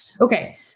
Okay